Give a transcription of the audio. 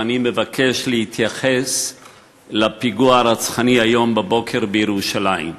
גם אני מבקש להתייחס לפיגוע הרצחני שהיה היום בבוקר בירושלים.